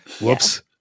Whoops